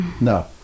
no